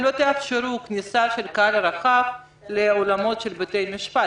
לא תאפשרו כניסה של קהל רחב לאולמות בתי המשפט,